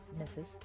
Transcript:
misses